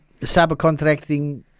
subcontracting